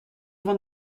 van